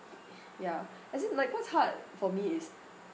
ya as in like what's hard for me is